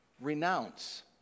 Renounce